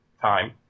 time